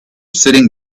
sitting